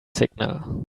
signal